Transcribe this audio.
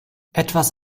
etwas